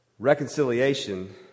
Reconciliation